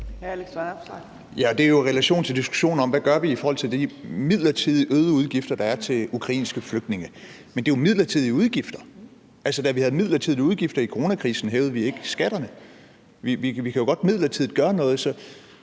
det er jo i relation til diskussionen om, hvad vi gør i forhold til de midlertidigt øgede udgifter, der er til ukrainske flygtninge. Men det er jo midlertidige udgifter. Da vi havde midlertidige udgifter under coronakrisen, hævede vi ikke skatterne. Vi kan jo godt midlertidigt gøre noget.